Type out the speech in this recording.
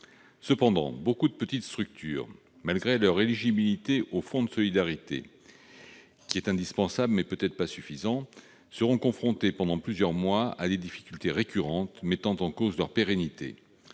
Cependant, beaucoup de petites structures, malgré leur éligibilité au fonds de solidarité, qui est indispensable, mais peut-être pas suffisant, seront confrontées pendant plusieurs mois à des difficultés récurrentes mettant en cause leur pérennité.